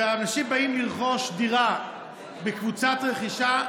שאנשים באים לרכוש דירה בקבוצת רכישה,